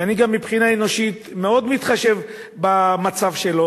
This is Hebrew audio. שאני גם מבחינה אנושית מאוד מתחשב במצב שלו